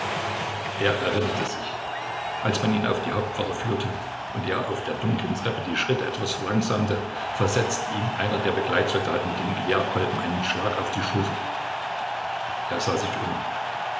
er erinnerte sich als man ihn auf die hauptwache führte und er auf der dunklen treppe die schritte etwas verlangsamte versetzte ihm einer der begleitsoldaten mit dem gewehrkolben einen schlag auf die schulter er sah sich um